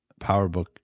powerbook